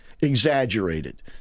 exaggerated